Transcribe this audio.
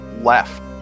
left